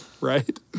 right